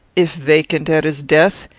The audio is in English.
if vacant at his death,